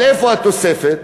אבל איפה התוספת?